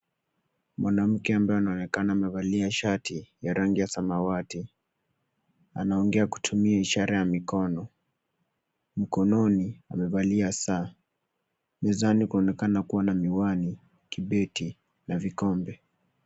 Mwanamke ambaye anaonekana amevalia shati ya rangi ya samawati, anaongea kutumia ishara ya mikono. Mkononi amevalia saa. Mezani kunaonekana kuwa na miwani, kibeti na vikombe.